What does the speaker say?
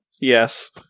Yes